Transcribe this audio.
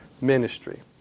ministry